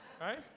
right